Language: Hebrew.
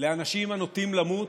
לאנשים הנוטים למות,